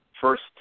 first